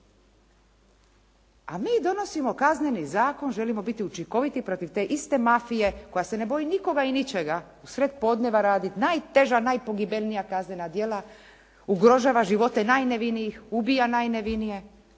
A mi donosimo kazneni zakon, želimo biti učinkoviti protiv te iste mafije koja se ne boji nikoga i ničega u sred podneva radi najteža i najpogibeljnija kazana djela, ugrožava živote najnevinijih, ubija najnevinije.